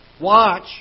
watch